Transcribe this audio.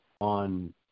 on